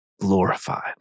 glorified